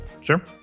Sure